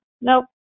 nope